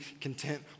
content